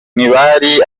ntibari